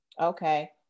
Okay